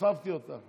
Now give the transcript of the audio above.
הוספתי אותה.